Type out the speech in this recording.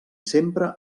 sempre